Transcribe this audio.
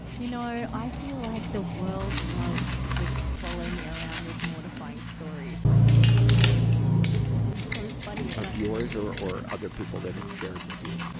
you know, i i feel like the world loves to just filet me around with mortifying stories. i have so many. it's just like, it's so funny. of yours or or other people that have shared with you?